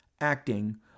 acting